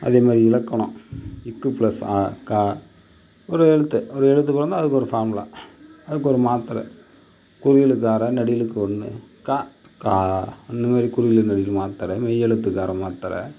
அதேமாதிரி இலக்கணம் இக்கு ப்ளஸ் அ க ஒரு எழுத்து ஒரு எழுத்து கூட வந்தா அதுக்கு ஒரு ஃபார்முலா அதுக்கு ஒரு மாத்திரை குறிலுக்கு அரை நெடிலுக்கு ஒன்று க கா இந்தமாரி குறில் நெடில் மாத்தரை மெய் எழுத்துக்கு அரை மாத்தரை